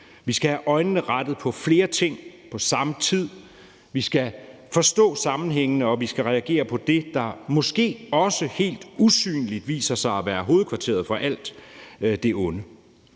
Vi skal have øjnene rettet mod flere ting på samme tid. Vi skal forstå sammenhængene, og vi skal reagere på det, der måske helt usynligt viser sig at være hovedkvarteret for alt det onde.